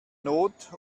not